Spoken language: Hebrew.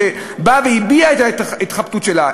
שהביעה את ההתחבטות שלה,